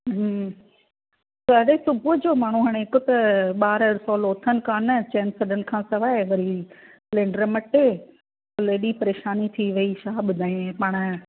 हम्म त अॼु सुबुह जो माण्हूं हाणे हिकु त ॿार सहुलो उथनि कानि चईनि सड॒नि खां सवाइ वरी सिलेन्डर मटि कल्ह एॾी परेशानी थी वई छा ॿुधायांइ पाण